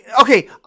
okay